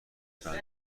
بند